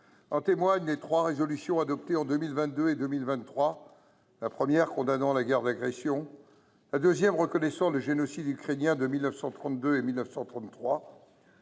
En témoignent les trois résolutions adoptées en 2022 et en 2023 : la première, condamnant la guerre d’agression russe ; la deuxième, reconnaissant le génocide ukrainien de 1932 1933